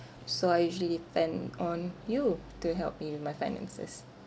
so I usually depend on you to help me with my finances